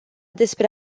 despre